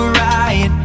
right